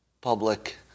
public